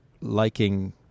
liking